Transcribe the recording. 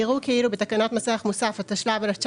יראו בתקנות מס שעהערך מוסף התשל"ו-1976,